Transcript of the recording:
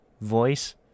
voice